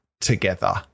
together